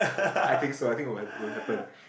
I think so I think will will happen